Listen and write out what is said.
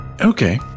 Okay